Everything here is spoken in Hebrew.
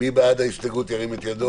מי בעד ההסתייגות, ירים את ידו.